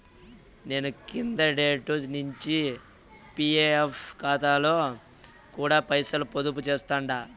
నేను కిందటేడు నించి పీఎఫ్ కాతాలో కూడా పైసలు పొదుపు చేస్తుండా